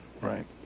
Right